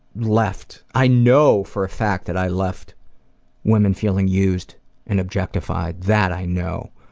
left. i know for a fact that i left women feeling used and objectified, that i know,